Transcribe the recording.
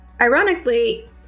Ironically